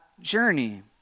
journey